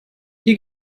hier